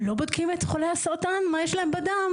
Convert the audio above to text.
לא בודקים את חולי הסרטן מה יש להם בדם,